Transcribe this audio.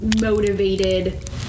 motivated